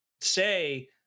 say